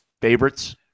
favorites